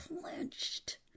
clenched